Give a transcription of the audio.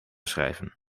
schrijven